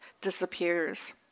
disappears